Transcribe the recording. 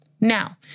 Now